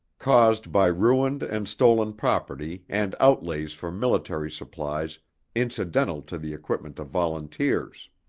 caused by ruined and stolen property and outlays for military supplies incidental to the equipment of volunteers.